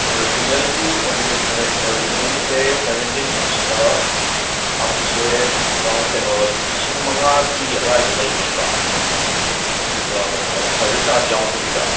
ꯑꯣꯔꯤꯖꯤꯅꯦꯜꯒꯤ ꯑꯣꯔꯤꯖꯤꯅꯦꯜꯒꯤꯁꯦ ꯁꯦꯕꯦꯟꯇꯤꯟ ꯏꯟꯁꯇ ꯍꯥꯞꯄꯁꯦ ꯑꯔꯥꯎꯟ ꯀꯩꯅꯣ ꯂꯤꯁꯤꯡ ꯃꯉꯥꯒꯤ ꯑꯗ꯭ꯋꯥꯏꯗ ꯂꯩꯅꯤꯕ ꯑꯗꯨꯒ ꯀꯩꯅꯣ ꯁꯔꯕꯤꯁ ꯆꯥꯔꯖ ꯌꯥꯎꯗꯕꯤꯗ